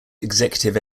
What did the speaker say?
executive